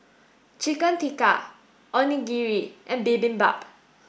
Chicken Tikka Onigiri and Bibimbap